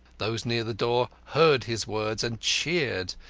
those near the door heard his words and cheered,